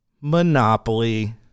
Monopoly